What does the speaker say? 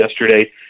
yesterday